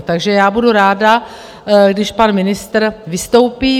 Takže já budu ráda, když pan ministr vystoupí.